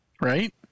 Right